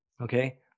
Okay